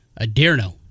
Adirno